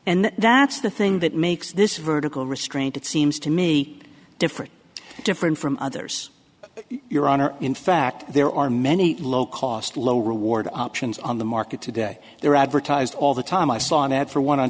and that's the thing that makes this vertical restraint it seems to me different different from others your honor in fact there are many low cost low reward options on the market today there are advertised all the time i saw an ad for one on